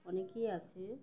অনেকেই আছে